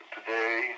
Today